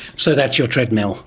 so that's your treadmill.